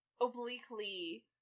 obliquely